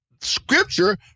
Scripture